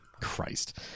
Christ